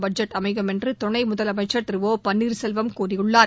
budget அமையும் என்று துணை முதலமைச்சர் திரு ஒ பன்னீர்செல்வம் கூறியுள்ளார்